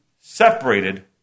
separated